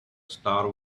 star